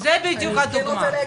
זה בדיוק הדוגמא.